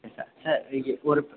okay sir sir இங்கே ஒருப்